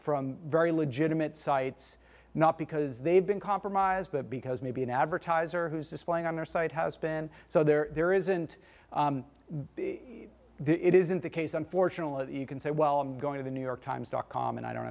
from very legitimate sites not because they've been compromised but because maybe an advertiser who's displaying on their site has been so there isn't it isn't the case unfortunately you can say well i'm going to the new york times dot com and i don't